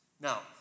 Now